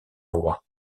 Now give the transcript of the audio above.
roi